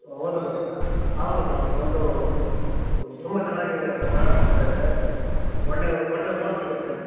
ಹೌದು ಮೇಡಮ್ ಹೌದು ಮೇಡಮ್ ನಮ್ದು ಈ ತುಂಬ ಚೆನ್ನಾಗಿ ಮಾರಾಟವಾಗ್ತಾಯಿದೆ ಒಳ್ಳೆ ಒಳ್ಳೆ ಹೂವು ಸಿಗುತ್ತೆ